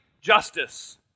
justice